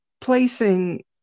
placing